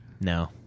no